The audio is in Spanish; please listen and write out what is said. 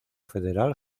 federal